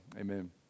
Amen